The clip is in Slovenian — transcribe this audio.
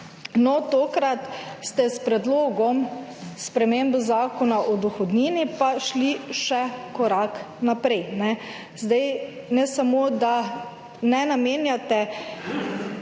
tokrat ste s predlogom sprememb Zakona o dohodnini pa šli še korak naprej. Zdaj ne samo, da ne namenjate